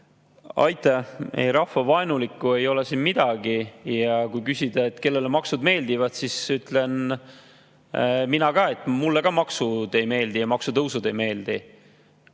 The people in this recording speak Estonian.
Aitäh! Ei, rahvavaenulikku ei ole siin midagi. Kui küsida, kellele maksud meeldivad, siis ütlen mina ka, et mulle ka maksud ei meeldi ja maksutõusud ei meeldi.